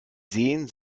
sehen